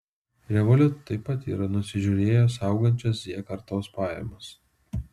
revolut taip pat yra nusižiūrėjęs augančias z kartos pajamas